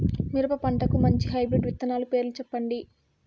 మిరప పంటకు మంచి హైబ్రిడ్ విత్తనాలు పేర్లు సెప్పండి?